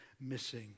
missing